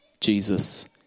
Jesus